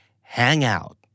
hangout